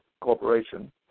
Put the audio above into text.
corporation